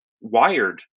wired